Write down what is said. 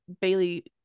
Bailey